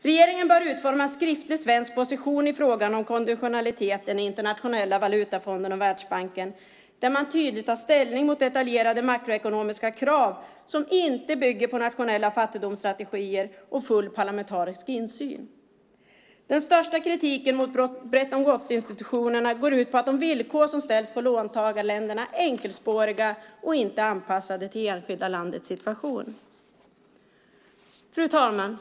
Regeringen bör utforma en skriftlig svensk position i frågan om konditionaliteten i Internationella valutafonden och Världsbanken där man tydligt tar ställning mot detaljerade makroekonomiska krav som inte bygger på nationella fattigdomsstrategier och full parlamentarisk insyn. Den största kritiken mot Bretton Woods-institutionerna går ut på att de villkor som ställs på låntagarländerna är enkelspåriga och inte anpassade till det enskilda landets situation. Fru talman!